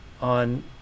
on